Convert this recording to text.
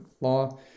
law